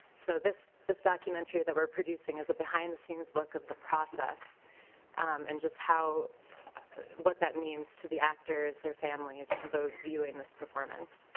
so this this documentary that we are producing his behind-the-scenes look at the process and just how what that means to the actors their families and those viewing this performance.